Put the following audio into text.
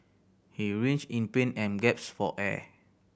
he writhed in pain and gasped for air